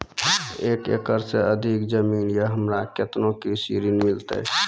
एक एकरऽ से अधिक जमीन या हमरा केतना कृषि ऋण मिलते?